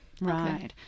right